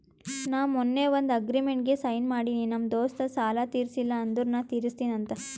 ನಾ ಮೊನ್ನೆ ಒಂದ್ ಅಗ್ರಿಮೆಂಟ್ಗ್ ಸೈನ್ ಮಾಡಿನಿ ನಮ್ ದೋಸ್ತ ಸಾಲಾ ತೀರ್ಸಿಲ್ಲ ಅಂದುರ್ ನಾ ತಿರುಸ್ತಿನಿ ಅಂತ್